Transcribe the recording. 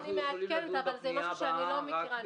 זה משהו שאני לא מכירה.